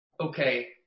okay